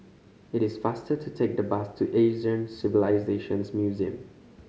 it is faster to take the bus to Asian Civilisations Museum